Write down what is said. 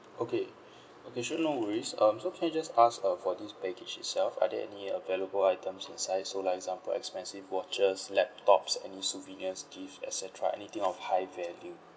okay okay sure no worries um so can I just ask uh for this baggage itself are there any uh valuable items inside so like example expensive watches laptops any souvenirs gift et cetera anything of high value